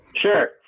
Sure